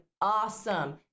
awesome